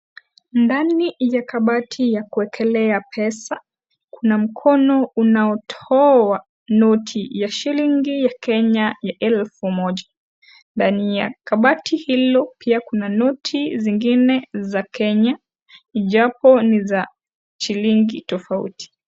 Ndani ya kabati ya kuekelea pesa kuna mkono unaotoa noti ya shilingi ya Kenya ya elfu moja . Ndani ya kabati hilo pia kuna noti zingine za Kenya japo ni za shilingi tofauti.